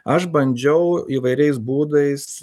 aš bandžiau įvairiais būdais